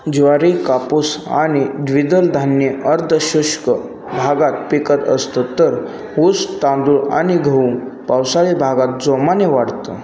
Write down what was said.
ज्वारी कापूस आणि द्विदल धान्ये अर्धशुष्क भागात पिकत असतं तर ऊस तांदूळ आणि गहू पावसाळी भागात जोमाने वाढतं